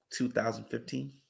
2015